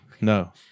no